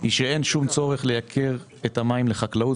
היא שאין שום צורך לייקר את המים לחקלאות.